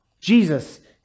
Jesus